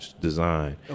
design